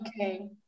Okay